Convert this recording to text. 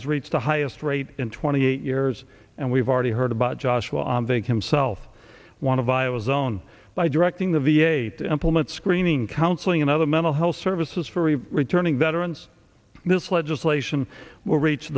has reached the highest rate in twenty eight years and we've already heard about joshua on the himself one of iowa's own by directing the v a to implement screening counseling and other mental health services for we returning veterans this legislation will reach